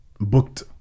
booked